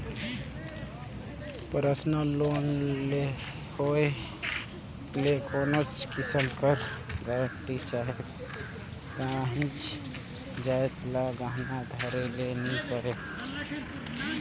personal loan लेहोइया ल कोनोच किसिम कर गरंटी चहे काहींच जाएत ल गहना धरे ले नी परे